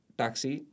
taxi